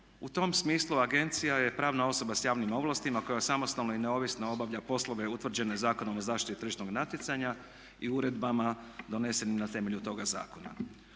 U tom smislu agencija je pravna osoba sa javnim ovlastima koja samostalno i neovisno obavlja poslove utvrđene Zakonom o zaštiti tržišnog natjecanja i uredbama donesenim na temelju toga zakona.